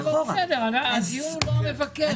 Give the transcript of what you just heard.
אני לא חושב שמתירים לנו באיזה שהוא מקום להוסיף להם על זה שכר.